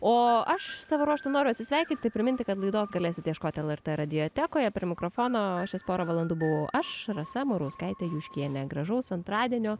o aš savo ruožtu noriu atsisveikinti priminti kad laidos galėsite ieškoti lrt radiotekoje prie mikrofono šias porą valandų buvau aš rasa murauskaitė juškienė gražaus antradienio